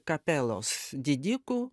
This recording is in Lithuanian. kapelos didikų